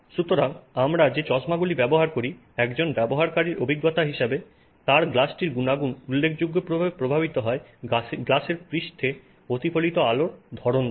সুতরাং আমরা যে চশমাগুলি ব্যবহার করি একজন ব্যবহারকারীর অভিজ্ঞতার হিসাবে তার গ্লাসটির গুনাগুন উল্লেখযোগ্যভাবে প্রভাবিত হয় গ্লাসের পৃষ্ঠে প্রতিফলিত আলোর ধরন দ্বারা